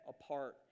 apart